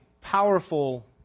powerful